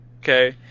Okay